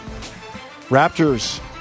Raptors